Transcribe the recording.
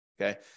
Okay